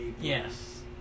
Yes